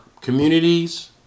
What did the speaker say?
communities